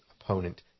opponent